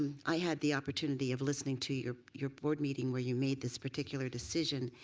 i had the opportunity of listening to your your board meeting where you made this particular decision,